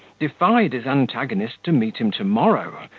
defied his antagonist to meet him tomorrow,